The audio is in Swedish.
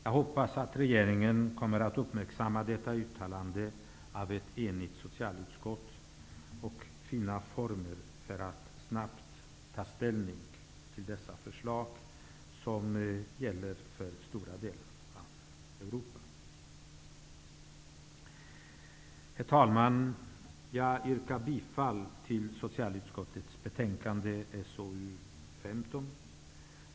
Jag hoppas att regeringen kommer att uppmärksamma detta uttalande av ett enigt socialutskott och finna former för att snabbt ta ställning till dessa förslag, som gäller stora delar av Europa. Herr talman! Jag yrkar bifall till utskottets hemställan i socialutskottets betänkande SoU15.